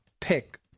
pick